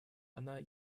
она